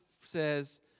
says